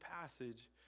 passage